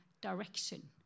direction